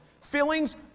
Feelings